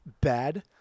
bad